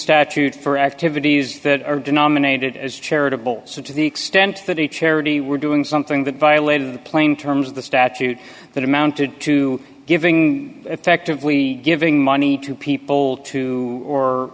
statute for activities that are denominated as charitable so to the extent that a charity were doing something that violated the plain terms of the statute that amounted to giving effectively giving money to people to or